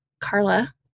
Carla